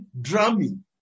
drumming